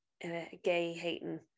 gay-hating